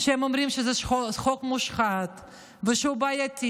שהם אומרים שזה חוק מושחת ושהוא בעייתי